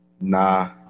Nah